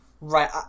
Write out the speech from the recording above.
right